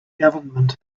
government